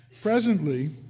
Presently